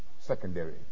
secondary